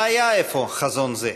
מה היה אפוא חזון זה?